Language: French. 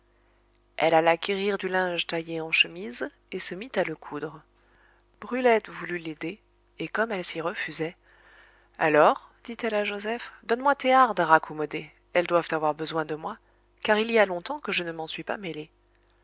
elle alla quérir du linge taillé en chemise et se mit à le coudre brulette voulut l'aider et comme elle s'y refusait alors dit-elle à joseph donne-moi tes hardes à raccommoder elles doivent avoir besoin de moi car il y a longtemps que je ne m'en suis pas mêlée